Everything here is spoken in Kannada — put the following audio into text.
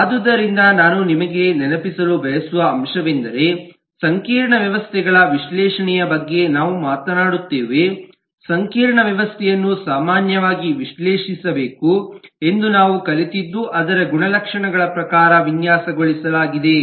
ಆದುದರಿಂದ ನಾನು ನಿಮಗೆ ನೆನಪಿಸಲು ಬಯಸುವ ಅಂಶವೆಂದರೆ ಸಂಕೀರ್ಣ ವ್ಯವಸ್ಥೆಗಳ ವಿಶ್ಲೇಷಣೆಯ ಬಗ್ಗೆ ನಾವು ಮಾತನಾಡುತ್ತೇವೆ ಸಂಕೀರ್ಣ ವ್ಯವಸ್ಥೆಯನ್ನು ಸಾಮಾನ್ಯವಾಗಿ ವಿಶ್ಲೇಷಿಸಬೇಕು ಎಂದು ನಾವು ಕಲಿತಿದ್ದು ಅದರ ಗುಣಲಕ್ಷಣಗಳ ಪ್ರಕಾರ ವಿನ್ಯಾಸಗೊಳಿಸಲಾಗಿದೆ